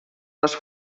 les